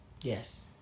yes